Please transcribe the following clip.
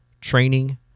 training